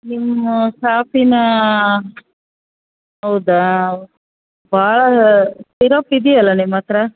ನಿಮ್ಮ ಶಾಪಿನ ಹೌದಾ ಭಾಳ ಸಿರಪ್ ಇದೆಯಲ್ಲ ನಿಮ್ಮ ಹತ್ರ